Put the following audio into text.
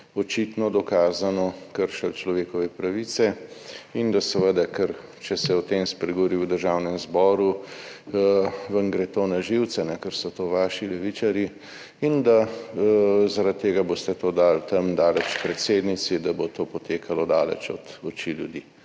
očitno dokazano kršili človekove pravice. Seveda, če se o tem spregovori v Državnem zboru, vam gre to na živce, ker so to vaši levičarji, zaradi tega boste to dali tam daleč predsednici, da bo to potekalo daleč od oči ljudi.